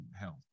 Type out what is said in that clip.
health